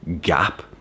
gap